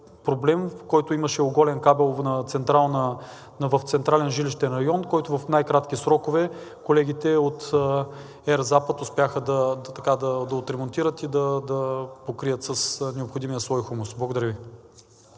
проблем с оголен кабел в централен жилищен район, който в най-кратки срокове колегите от ЕРМ „Запад“ успяха да ремонтират и да покрият с необходимия слой хумус. Благодаря ви!